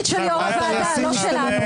זה התפקיד של יו"ר הוועדה, לא שלנו.